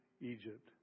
Egypt